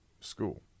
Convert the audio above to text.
school